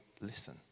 listen